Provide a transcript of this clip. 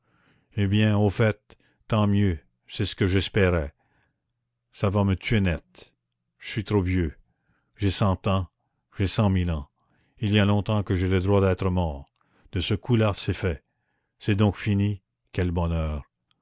eh bien au fait tant mieux c'est ce que j'espérais ça va me tuer net je suis trop vieux j'ai cent ans j'ai cent mille ans il y a longtemps que j'ai le droit d'être mort de ce coup-là c'est fait c'est donc fini quel bonheur